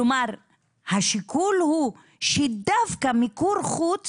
כלומר השיקול הוא שדווקא מיקור חוץ